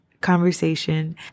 conversation